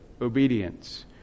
obedience